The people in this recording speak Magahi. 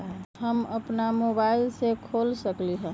हम अपना मोबाइल से खोल सकली ह?